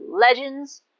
legends